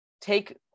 take